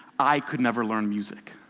i could never learn music,